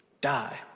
die